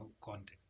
content